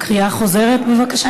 קריאה חוזרת, בבקשה.